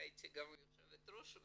הייתי גם יושבת ראש,